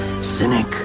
cynic